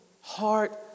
heart